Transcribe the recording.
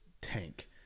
tank